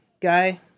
guy